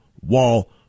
wall